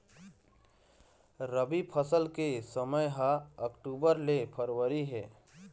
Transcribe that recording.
रबी फसल के समय ह अक्टूबर ले फरवरी हे